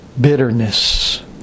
bitterness